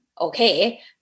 okay